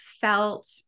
felt